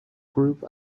group